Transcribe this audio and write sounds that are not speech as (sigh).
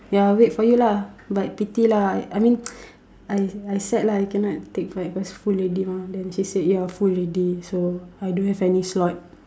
ya I'll wait for you lah but pity lah I mean (noise) I I sad lah I cannot take part because full already mah then she said ya full already so I don't have any slot